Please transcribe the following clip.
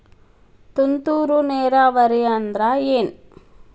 ತುಂತುರು ನೇರಾವರಿ ಅಂದ್ರ ಏನ್?